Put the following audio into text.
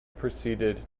proceeded